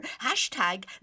Hashtag